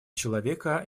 человека